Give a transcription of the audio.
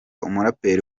umuraperi